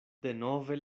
denove